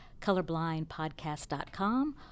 colorblindpodcast.com